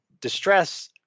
distress